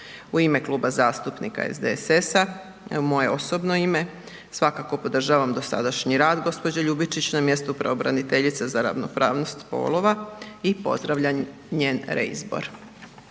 U ime Kluba zastupnika SDSS-a i moje osobno ime, svakako podržavam dosadašnji rad gospođe Ljubičić na mjestu pravobraniteljice za ravnopravnost spolova i pozdravljam njen reizbor.